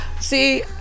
See